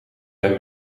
zijn